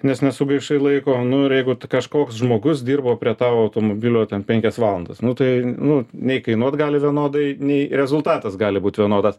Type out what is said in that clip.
nes nesugaišai laiko nu ir jeigu kažkoks žmogus dirbo prie tavo automobilio ten penkias valandas nu tai nu nei kainuot gali vienodai nei rezultatas gali būt vienodas